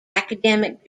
academic